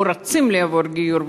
או רוצים לעבור גיור,